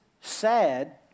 sad